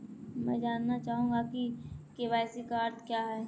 मैं जानना चाहूंगा कि के.वाई.सी का अर्थ क्या है?